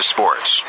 Sports